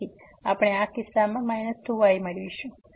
તેથી આપણે આ કિસ્સામાં 2y મેળવીશું